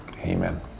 amen